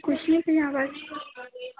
कुछ नहीं भैया अवाज